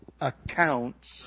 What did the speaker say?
accounts